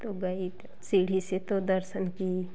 तो गई सीढ़ी से तो दर्शन की